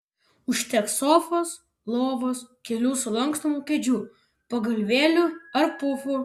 užteks sofos lovos kelių sulankstomų kėdžių pagalvėlių ar pufų